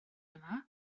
yma